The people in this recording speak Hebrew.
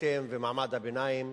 באין מתנגדים ובאין נמנעים.